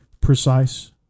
precise